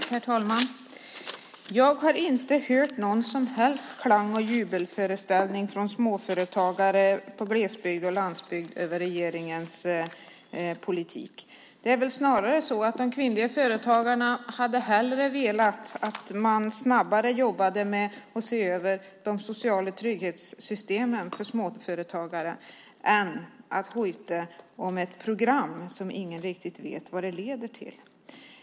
Herr talman! Jag har inte hört någon som helst klang och jubelsång från småföretagare i glesbygd och landsbygd över regeringens politik. Det är väl snarare så att de kvinnliga företagarna hellre hade velat att man snabbare jobbade med att se över de sociala trygghetssystemen för småföretagare än att man hojtar om ett program som ingen riktigt vet vad det leder till.